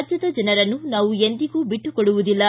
ರಾಜ್ಯದ ಜನರನ್ನು ನಾವು ಎಂದಿಗೂ ಬಿಟ್ಟುಕೊಡುವುದಿಲ್ಲ